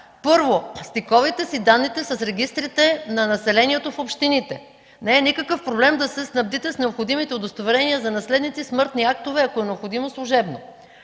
първо, стиковайте си данните с регистрите на населението в общините. Не е никакъв проблем да се снабдите с необходимите удостоверения за наследници, смъртни актове, ако е необходимо – служебно.